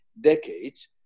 decades